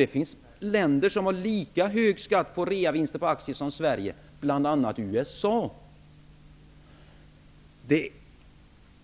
Det finns andra länder som har lika hög skatt på reavinster som Sverige, bl.a. USA.